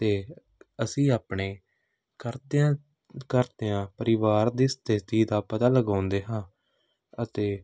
ਅਤੇ ਅਸੀਂ ਆਪਣੇ ਕਰਤਿਆਂ ਘਰਦਿਆਂ ਪਰਿਵਾਰ ਦੀ ਸਥਿਤੀ ਦਾ ਪਤਾ ਲਗਾਉਂਦੇ ਹਾਂ ਅਤੇ